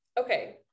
Okay